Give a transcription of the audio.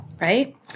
right